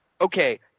okay